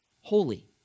holy